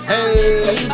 Hey